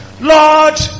Lord